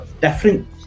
different